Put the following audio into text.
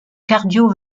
cardio